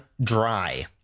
dry